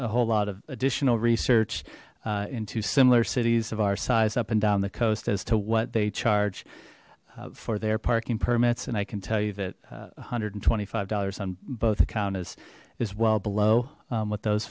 a whole lot of additional research into similar cities of our size up and down the coast as to what they charge for their parking permits and i can tell you that a hundred and twenty five dollars on both account is is well below with those